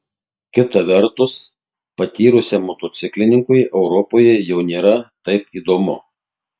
kita vertus patyrusiam motociklininkui europoje jau nėra taip įdomu